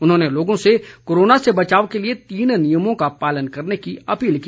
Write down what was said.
उन्होंने लोगों से कोरोना से बचाव के लिए तीन नियमों का पालन करने की अपील की